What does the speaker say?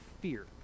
fear